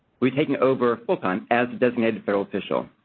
be taking over full time as designated federal official.